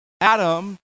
Adam